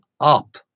up